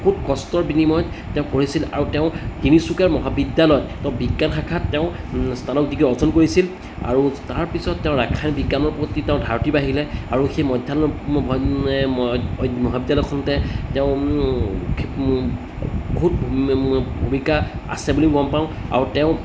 খুব কষ্টৰ বিনিময়ত তেওঁ পঢ়িছিল আৰু তেওঁ তিনিচুকীয়াৰ মহাবিদ্যালয়ত তেওঁ বিজ্ঞান শাখাত তেওঁ স্নাতক ডিগ্ৰী অৰ্জন কৰিছিল আৰু তাৰপিছত তেওঁ ৰাসায়নিক বিজ্ঞানৰ প্ৰতি তেওঁৰ ধাউতি বাঢ়িলে আৰু সেই মধ্যাহ্ন মহাবিদ্যালয়খনতে তেওঁ বহুত ভূমিকা আছে বুলিও গম পাওঁ আৰু তেওঁ